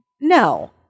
No